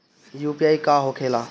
UPI का होखेला?